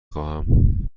خواهم